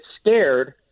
scared